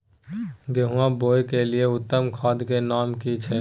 गेहूं बोअ के लिये उत्तम खाद के नाम की छै?